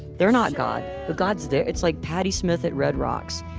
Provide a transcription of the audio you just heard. they're not god, but god's there. it's like patti smith at red rocks,